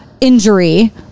injury